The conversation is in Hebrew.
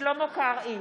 שלמה קרעי,